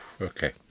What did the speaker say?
okay